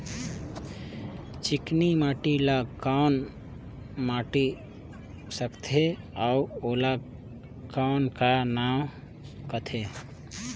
चिकनी माटी ला कौन माटी सकथे अउ ओला कौन का नाव काथे?